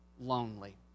lonely